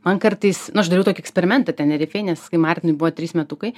man kartais nu aš dariau tokį eksperimentą tenerifėj nes kai martinui buvo trys metukai